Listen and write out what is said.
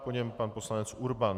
Po něm pan poslanec Urban.